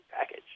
package